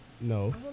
No